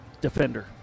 defender